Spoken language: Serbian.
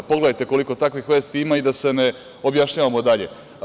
Pogledajte koliko takvih vesti ima i da se ne objašnjavamo dalje.